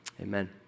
Amen